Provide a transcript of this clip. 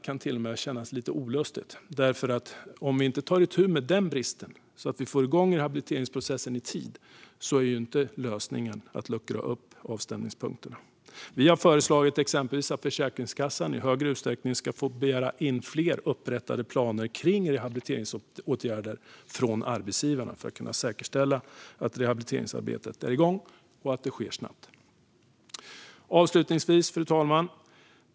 Det är inte lösningen när det gäller att vi inte tar itu med bristerna och får igång rehabiliteringsprocessen i tid. Vi har exempelvis föreslagit att Försäkringskassan i högre utsträckning ska få begära in fler upprättade planer för rehabiliteringsåtgärder från arbetsgivarna för att kunna säkerställa att rehabiliteringsarbetet är igång och att det sker snabbt. Fru talman!